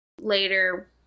later